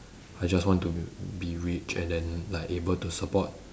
I just want to be be rich and then like able to support